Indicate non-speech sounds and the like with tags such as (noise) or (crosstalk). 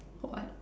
(laughs) what